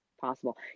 possible